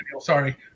Sorry